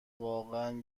واقعا